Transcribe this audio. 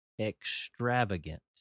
extravagant